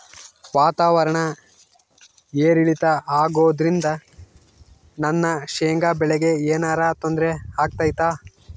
ವಾತಾವರಣ ಏರಿಳಿತ ಅಗೋದ್ರಿಂದ ನನ್ನ ಶೇಂಗಾ ಬೆಳೆಗೆ ಏನರ ತೊಂದ್ರೆ ಆಗ್ತೈತಾ?